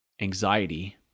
anxiety